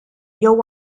jew